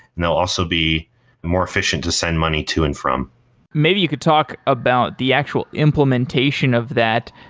and they'll also be more efficient to send money to and from maybe you could talk about the actual implementation of that.